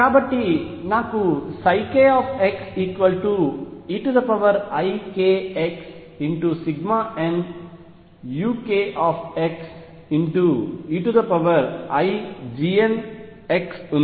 కాబట్టి నాకు kxeikxnukxeiGnx ఉంది